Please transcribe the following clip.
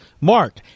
Mark